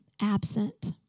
absent